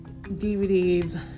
DVDs